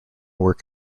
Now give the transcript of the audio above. work